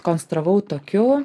konstravau tokiu